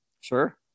Sure